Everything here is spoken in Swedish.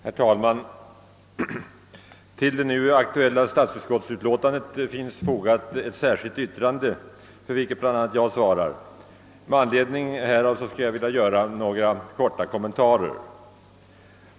Herr talman! Till det nu aktuella statsutskottsutlåtandet finns fogat ett särskilt yttrande för vilket bl.a. jag svarar. Med anledning härav skulle jag vilja göra några korta kommentarer.